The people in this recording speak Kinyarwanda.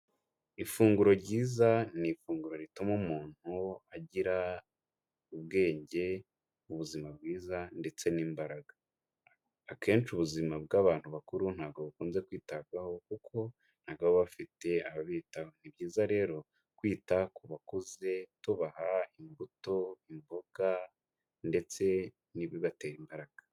Ifunguro ryiza ni ifunguro rituma umuntu agira ubwenge, ubuzima bwiza ndetse n'imbaraga. Akenshi ubuzima bw'abantu bakuru ntabwo bukunze kwitabwaho kuko ntabwo baba bafite ababitaho. Ni byiza rero kwita ku bakuze tubaha imbuto, imboga ndetse n'ibibatera imbaraga.